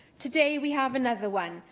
today, we have another one,